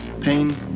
Pain